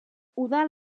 udal